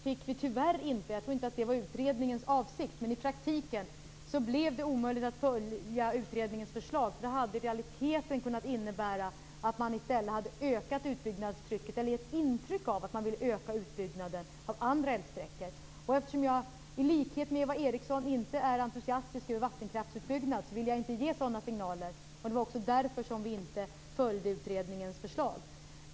Jag tror inte att det var utredningens avsikt, men i praktiken blev det omöjligt att följa utredningens förslag. Det hade i realiteten kunnat innebära att man hade givit intrycket att man ville öka utbyggnaden av andra älvsträckor. Eftersom jag i likhet med Eva Eriksson inte är entusiastisk över vattenkraftsutbyggnad, vill jag inte ge sådana signaler. Det var också därför som vi inte följde utredningens förslag.